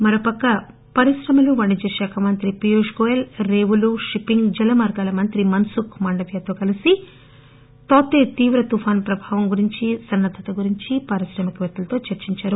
మరోపక్క పరిశ్రమలు వాణిజ్య శాఖ మంత్రి పీయూష్ గోయల్ రేవులు షిప్పింగ్ జలమార్గాల మంత్రి మన్సుఖ్ మాండవ్య తో తాతే తీవ్ర తుపాను ప్రభావం గురించి సన్నద్దత గురించి పారిశ్రామిక వేత్తలతో చర్చించారు